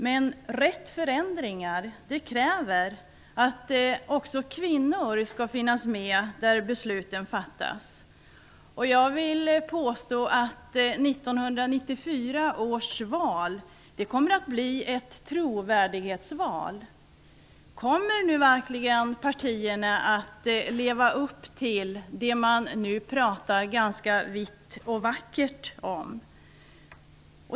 Men rätt förändringar kräver att också kvinnor skall finnas med där besluten fattas. Jag vill påstå att 1994 års val kommer att bli ett trovärdighetsval. Kommer partierna verkligen att leva upp till det som man nu pratar vitt och brett och vackert om?